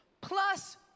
plus